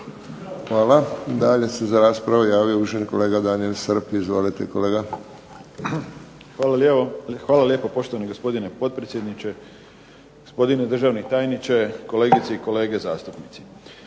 Hvala. Dalje se za raspravu javio uvaženi kolega Daniel Srb. Izvolite kolega. **Srb, Daniel (HSP)** Hvala lijepo poštovani gospodine potpredsjedniče, gospodine državni tajniče, kolegice i kolege zastupnici.